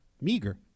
meager